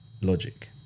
logic